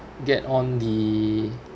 get on the